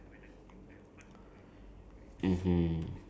ya can do can really do ya